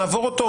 נעבור אותו.